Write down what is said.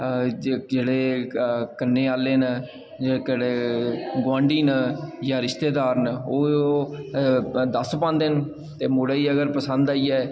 जेह्ड़े कन्नै आह्ले न गोआंढी न जां रिश्तेदार न ओह् दस्स पांदे न ते मुड़े गी अगर पसंद आई जाए